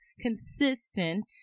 consistent